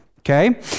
Okay